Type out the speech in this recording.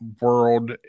world